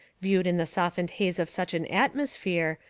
viewed in the softened haze of such an atmosphere,